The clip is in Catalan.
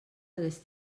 hagués